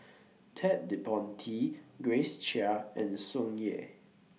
Ted De Ponti Grace Chia and Tsung Yeh